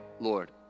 Lord